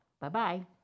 Bye-bye